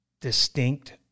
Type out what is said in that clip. distinct